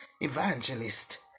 Evangelist